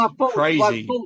crazy